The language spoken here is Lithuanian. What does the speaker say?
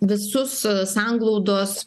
visus sanglaudos